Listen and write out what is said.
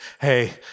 hey